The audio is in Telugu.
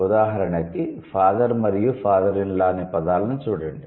ఉదాహరణకి 'ఫాదర్' మరియు 'ఫాదర్ -ఇన్ -లా' అనే పదాలను చూడండి